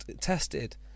tested